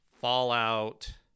Fallout